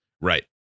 Right